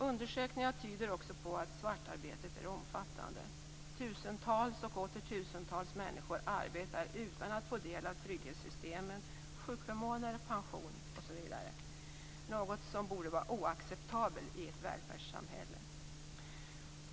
Undersökningar tyder också på att svartarbetet är omfattande. Tusentals och åter tusentals människor arbetar utan att få del av trygghetssystemen, sjukförmåner, pension, osv., något som borde vara oacceptabelt i ett välfärdssamhälle.